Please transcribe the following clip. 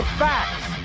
facts